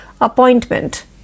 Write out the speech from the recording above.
Appointment